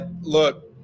Look